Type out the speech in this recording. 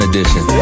Edition